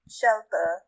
shelter